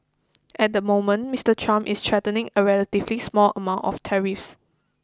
at the moment Mister Trump is threatening a relatively small amounts of tariffs